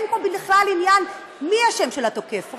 אין פה בכלל עניין של השם של התוקף,